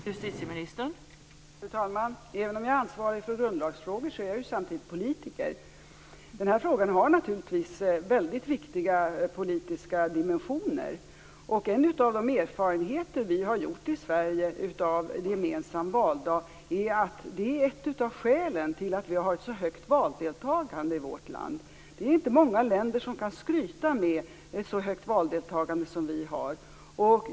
Fru talman! Även om jag är ansvarig för grundlagsfrågor är jag samtidigt politiker. Denna fråga har naturligtvis väldigt viktiga politiska dimensioner. En av de erfarenheter vi har gjort i Sverige är att det faktum att vi har gemensam valdag är ett av skälen till att vi har ett så högt valdeltagande. Det är inte många länder som kan skryta med ett så högt valdeltagande som vi har.